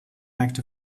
act